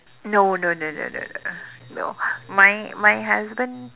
no no no no no no my my husband